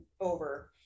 over